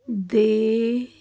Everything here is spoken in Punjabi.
ਦੇ